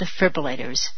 defibrillators